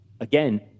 again